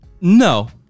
No